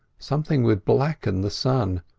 something would blacken the sun,